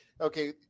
okay